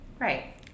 Right